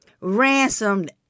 ransomed